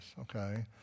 okay